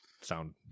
sound